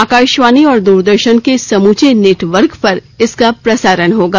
आकाशवाणी और द्रदर्शन के समूचे नेटवर्क पर इसका प्रसारण होगा